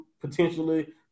potentially